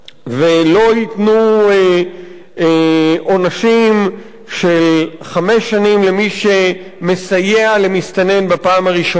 ולא ייתנו עונשים של חמש שנים למי שמסייע למסתנן בפעם הראשונה,